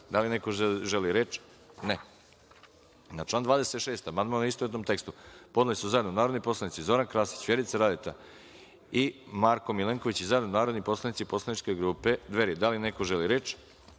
DS.Da li neko želi reč? (Ne)Na član 44. amandman, u istovetnom tekstu, podneli su zajedno narodni poslanici Zoran Krasić, Vjerica Radeta i Marko Milenković, i zajedno narodni poslanici Poslaničke grupe Dveri. Da li neko želi reč?